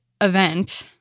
event